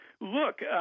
Look